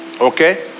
Okay